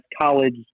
college